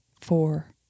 four